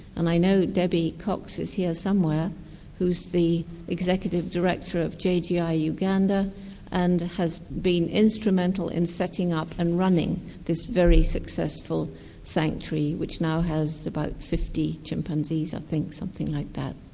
and i know debbie cox is here somewhere who's the executive director of jgi ah uganda and has been instrumental in setting up and running this very successful sanctuary which now has about fifty chimpanzees, something like that.